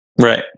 Right